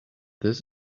this